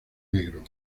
negro